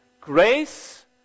grace